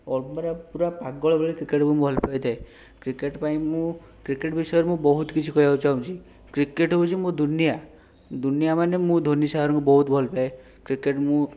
ଅଳ୍ପ ମାନେ ପୁରା ପାଗଳ ଭଳିଆ କ୍ରିକେଟକୁ ମୁଁ ଭଲ ପାଇଥାଏ କ୍ରିକେଟ୍ ପାଇଁ ମୁଁ କ୍ରିକେଟ୍ ବିଷୟରେ ମୁଁ ବହୁତ କିଛି କହିଆକୁ ଚାହୁଁଛି କ୍ରିକେଟ୍ ହେଉଛି ମୋ ଦୁନିଆ ଦୁନିଆ ମାନେ ମୁଁ ଧୋନି ସାରଙ୍କୁ ବହୁତ ଭଲପାଏ କ୍ରିକେଟ୍ ମୁଁ